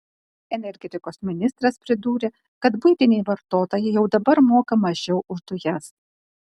energetikos ministras pridūrė kad buitiniai vartotojai jau dabar moka mažiau už dujas